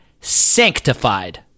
Sanctified